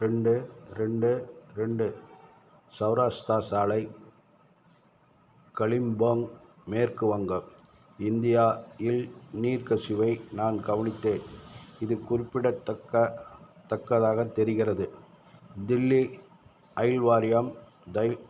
ரெண்டு ரெண்டு ரெண்டு சௌராஷ்டிரா சாலை கலிம்போங் மேற்கு வங்கம் இந்தியா இல் நீர் கசிவை நான் கவனித்தேன் இது குறிப்பிடத்தக்க தக்கதாக தெரிகிறது தில்லி ஐல் வாரியம் தை